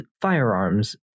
firearms